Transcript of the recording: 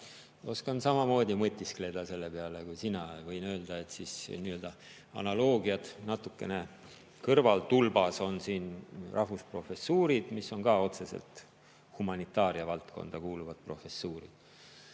oskan samamoodi mõtiskleda selle üle kui sina. Võin öelda, et analoogiatena kõrvaltulbas on siin rahvusprofessuurid, mis on ka otseselt humanitaaria valdkonda kuuluvad professuurid.